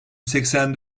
seksen